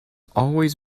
always